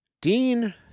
Dean